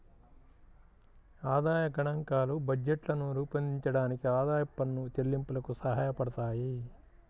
ఆదాయ గణాంకాలు బడ్జెట్లను రూపొందించడానికి, ఆదాయపు పన్ను చెల్లింపులకు సహాయపడతాయి